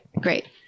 Great